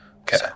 Okay